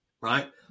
right